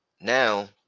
now